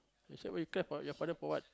she said why you cry for your father for what